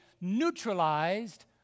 neutralized